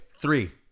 Three